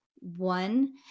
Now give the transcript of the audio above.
One